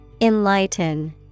Enlighten